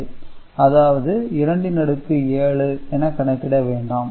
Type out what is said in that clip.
0000 0001 1 1000 0001 1 அதாவது 2 இன் அடுக்கு 7 என கணக்கிட வேண்டாம்